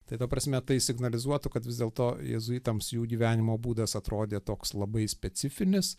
tai ta prasme tai signalizuotų kad vis dėlto jėzuitams jų gyvenimo būdas atrodė toks labai specifinis